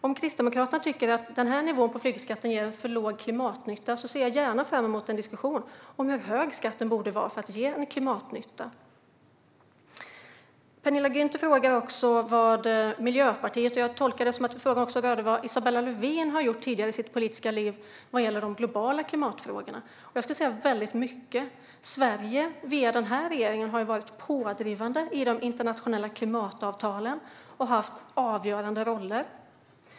Om Kristdemokraterna tycker att den här nivån på flygskatten ger en för låg klimatnytta ser jag gärna fram emot en diskussion om hur hög skatten borde vara för att ge en klimatnytta. Jag tolkar det som att Penilla Gunther undrar vad Miljöpartiet och Isabella Lövin tidigare har gjort vad gäller de globala klimatfrågorna. Jag skulle säga mycket. Sverige, via denna regering, har varit pådrivande i de internationella klimatavtalen och har haft avgörande roller.